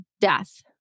death